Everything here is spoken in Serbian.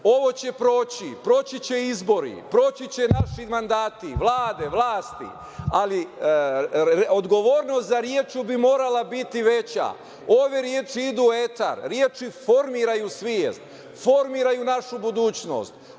ovo će proći, proći će izbori, proći će naši mandati, vlade, vlasti, ali odgovornost za reč bi morala biti veća. Ove reči idu u etar. Reči formiraju svest, formiranju nađu budućnost,